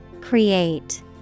Create